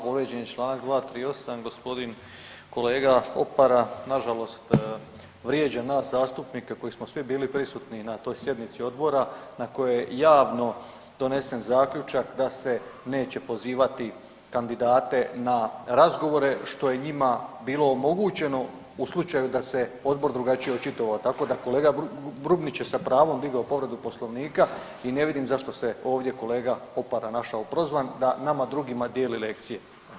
Povrijeđen je čl. 238, g. kolega Opara nažalost vrijeđa nas zastupnike koji smo svi bili prisutni na toj sjednici Odbora na kojoj je jasno donesen zaključak da se neće pozivati kandidate na razgovore, što je njima bilo omogućeno u slučaju da se Odbor drugačije očitovao, tako da kolega Brumnić je sa pravom digao povredu Poslovnika i ne vidim zašto se ovdje kolega Opara našao prozvan da nama drugima dijeli lekcije.